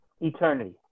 Eternity